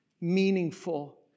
meaningful